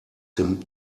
dem